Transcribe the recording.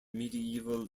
medieval